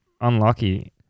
Unlucky